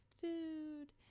food